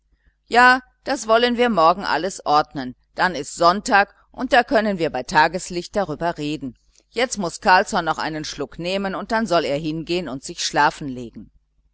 ja das wollen wir morgen alles ordnen dann ist sonntag und da können wir bei tageslicht darüber reden jetzt muß carlsson noch einen schluck nehmen und dann soll er hingehen und sich schlafen legen